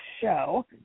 show